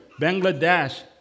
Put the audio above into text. Bangladesh